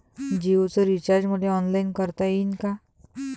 जीओच रिचार्ज मले ऑनलाईन करता येईन का?